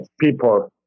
people